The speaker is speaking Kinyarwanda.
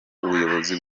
ubuyobozi